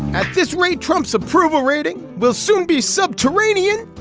at this rate, trump's approval rating will soon be subterranean,